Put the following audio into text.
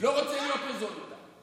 לא רוצה להיות מזוהה איתה.